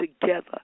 together